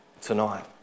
tonight